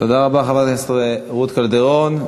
תודה רבה, חברת הכנסת רות קלדרון.